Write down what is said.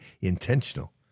intentional